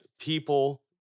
people